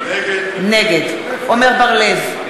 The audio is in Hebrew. נגד עמר בר-לב,